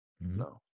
No